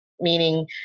meaning